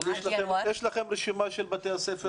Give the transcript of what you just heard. יש לכם רשימה של בתי הספר?